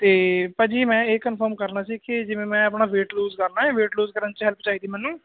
ਅਤੇ ਭਾਜੀ ਮੈਂ ਇਹ ਕਨਫਰਮ ਕਰਨਾ ਸੀ ਕਿ ਜਿਵੇਂ ਮੈਂ ਆਪਣਾ ਵੇਟ ਲੂਜ ਕਰਨਾ ਹੈ ਵੇਟ ਲੂਜ ਕਰਨ 'ਚ ਹੈਲਪ ਚਾਹੀਦੀ ਮੈਨੂੰ